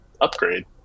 upgrade